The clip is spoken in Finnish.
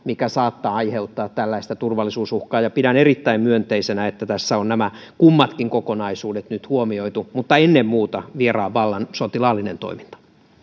mikä saattaa aiheuttaa tällaista turvallisuusuhkaa pidän erittäin myönteisenä että tässä on nämä kummatkin kokonaisuudet nyt huomioitu mutta ennen muuta vieraan vallan sotilaallinen toiminta